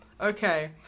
Okay